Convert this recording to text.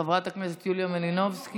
למה אינו נוכח?